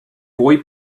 boy